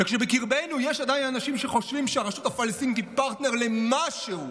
כשבקרבנו עדיין יש אנשים שחושבים שהרשות הפלסטינית היא פרטנר למשהו,